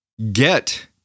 get